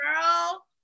girl